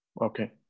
Okay